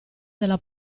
della